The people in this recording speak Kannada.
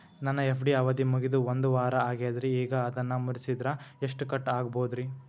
ನನ್ನ ಎಫ್.ಡಿ ಅವಧಿ ಮುಗಿದು ಒಂದವಾರ ಆಗೇದ್ರಿ ಈಗ ಅದನ್ನ ಮುರಿಸಿದ್ರ ಎಷ್ಟ ಕಟ್ ಆಗ್ಬೋದ್ರಿ?